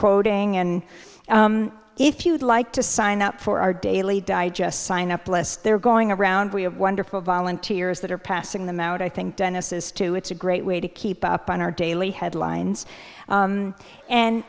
quoting and if you'd like to sign up for our daily digest sign up list they're going around we have wonderful volunteers that are passing them out i think dennis's two it's a great way to keep up on our daily headlines